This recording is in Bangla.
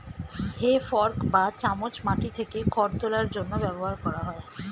হে ফর্ক বা চামচ মাটি থেকে খড় তোলার জন্য ব্যবহার করা হয়